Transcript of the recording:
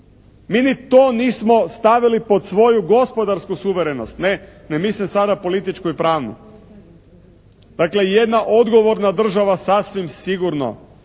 Mi ni to nismo stavili pod svoju gospodarsku suverenost, ne. Ne mislim sada političku i pravnu. Dakle, jedna odgovorna država sasvim sigurno,